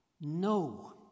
No